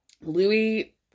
Louis